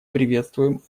приветствуем